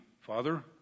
Father